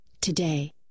Today